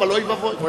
אבל אוי ואבוי.